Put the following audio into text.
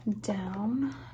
down